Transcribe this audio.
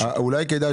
שנייה, אולי כדאי